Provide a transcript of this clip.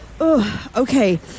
Okay